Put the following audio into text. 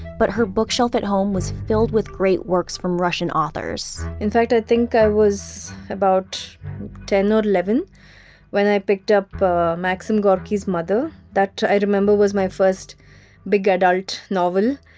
but her bookshelf at home was filled with great works from russian authors in fact, i think i was about ten or eleven when i picked up a maxim gorky's mother. that i remember was my first big adult novel.